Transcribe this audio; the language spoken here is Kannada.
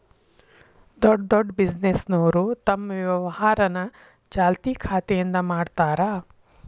ದೊಡ್ಡ್ ದೊಡ್ಡ್ ಬಿಸಿನೆಸ್ನೋರು ತಮ್ ವ್ಯವಹಾರನ ಚಾಲ್ತಿ ಖಾತೆಯಿಂದ ಮಾಡ್ತಾರಾ